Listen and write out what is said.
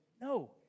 no